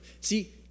See